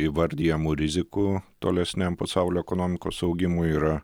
įvardijamų rizikų tolesniam pasaulio ekonomikos augimui yra